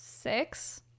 six